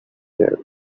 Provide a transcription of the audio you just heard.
there